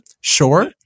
Sure